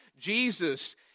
Jesus